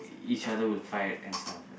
each other will fight and stuff ya